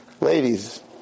Ladies